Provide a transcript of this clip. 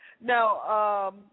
Now